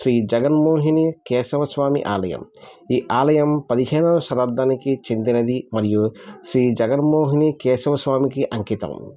శ్రీ జగన్మోహిని కేశవ స్వామి ఆలయం ఈ ఆలయం పదిహేనొవ శతాబ్దానికి చెందినది మరియు శ్రీ జగన్మోహిని కేశవ స్వామికి అంకితం